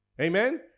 Amen